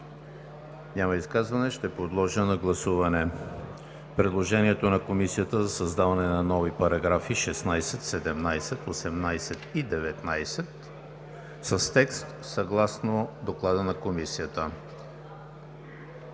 Няма. Ще подложа на гласуване предложението на Комисията за създаване на нови параграфи 16, 17, 18 и 19 с текст съгласно Доклада на Комисията.